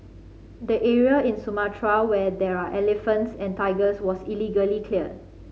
the area in Sumatra where there are elephants and tigers was illegally cleared